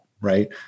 right